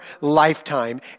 lifetime